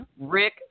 Rick